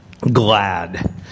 GLAD